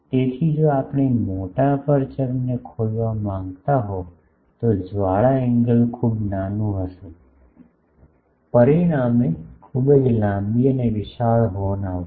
તેથી જો આપણે મોટા અપેરચ્યોરને ખોલવા માંગતા હોવ તો જ્વાળા એંગલ ખૂબ નાનું હશે પરિણામે ખૂબ જ લાંબી અને વિશાળ હોર્ન આવશે